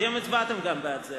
אתם הצבעתם בעד זה,